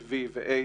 HIV ואיידס,